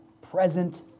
present